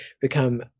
become